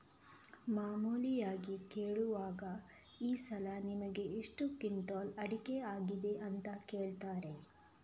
ಮಾಮೂಲಿಯಾಗಿ ಕೇಳುವಾಗ ಈ ಸಲ ನಿಮಿಗೆ ಎಷ್ಟು ಕ್ವಿಂಟಾಲ್ ಅಡಿಕೆ ಆಗಿದೆ ಅಂತ ಕೇಳ್ತಾರೆ